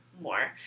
more